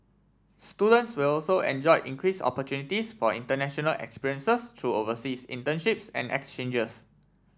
students will also enjoy increase opportunities for international experiences through overseas internships and exchanges